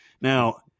now